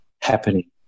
happening